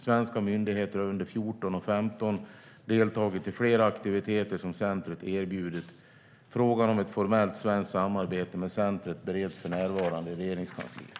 Svenska myndigheter har under 2014 och 2015 deltagit i flera aktiviteter som centret erbjudit. Frågan om ett formellt svenskt samarbete med centret bereds för närvarande i Regeringskansliet.